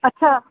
اچھا